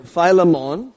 Philemon